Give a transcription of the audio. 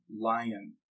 lion